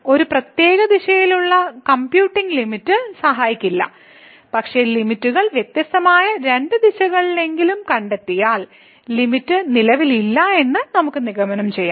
ഒരു പ്രത്യേക ദിശയിലുള്ള കമ്പ്യൂട്ടിംഗ് ലിമിറ്റ് സഹായിക്കില്ല പക്ഷേ ലിമിറ്റ്കൾ വ്യത്യസ്തമായ രണ്ട് ദിശകളെങ്കിലും കണ്ടെത്തിയാൽ ലിമിറ്റ് നിലവിലില്ലെന്ന് നമുക്ക് നിഗമനം ചെയ്യാം